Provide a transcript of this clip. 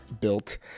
built